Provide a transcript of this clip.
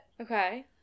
Okay